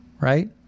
right